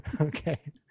Okay